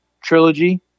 trilogy